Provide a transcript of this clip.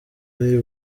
ari